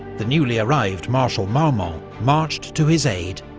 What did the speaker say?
the newly-arrived marshal marmont marched to his aid,